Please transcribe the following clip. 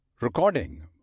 Recording